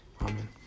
Amen